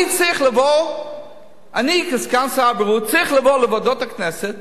אני, כסגן שר הבריאות, צריך לבוא לוועדות הכנסת